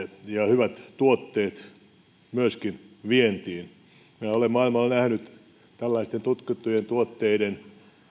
hyvät tuotteet myöskin vientiin minä olen maailmalla nähnyt tällaisten tutkittujen tuotteiden